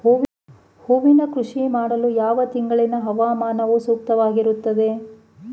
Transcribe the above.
ಹೂವಿನ ಕೃಷಿ ಮಾಡಲು ಯಾವ ತಿಂಗಳಿನ ಹವಾಮಾನವು ಸೂಕ್ತವಾಗಿರುತ್ತದೆ?